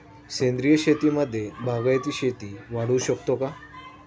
सेंद्रिय शेतीमध्ये बागायती शेती वाढवू शकतो का?